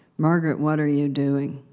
margaret, what are you doing?